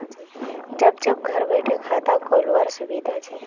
जब जब घर बैठे खाता खोल वार सुविधा छे